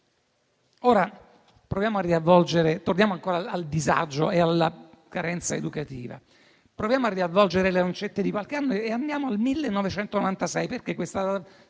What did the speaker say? Ora, torniamo ancora al disagio e alla carenza educativa. Proviamo a riavvolgere le lancette di qualche anno e andiamo al 1996. Perché questa data?